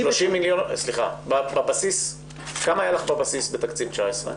סליחה כמה היה לך בבסיס בתקציב 2019?